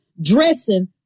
dressing